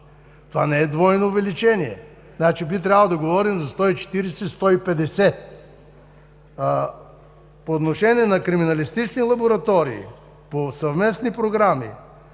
Това не е двойно увеличение, би трябвало да говорим за 140, 150. По отношение на криминалистични лаборатории, по съвместни програми,